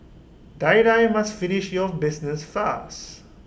Die Die must finish your business fast